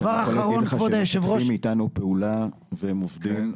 אני יכול להגיד לך שהם משתפים איתנו פעולה והם עובדים,